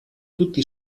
tutti